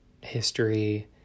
history